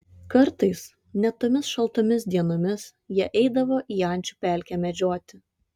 kartais net tomis šaltomis dienomis jie eidavo į ančių pelkę medžioti